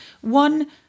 one